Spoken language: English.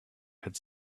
had